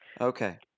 Okay